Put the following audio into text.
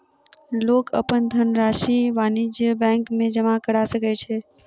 लोक अपन धनरशि वाणिज्य बैंक में जमा करा सकै छै